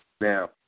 Now